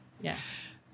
Yes